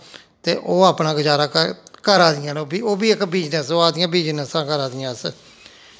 ते ओह् अपना गज़ारा करा दियां न ओह् बी ओह् बी इक बिजनस ओह् आखदियां बिजनस करा दियां अस